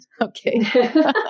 Okay